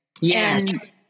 Yes